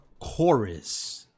Chorus